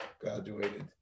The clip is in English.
graduated